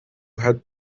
had